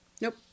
Nope